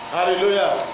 Hallelujah